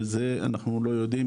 אנחנו לא יודעים,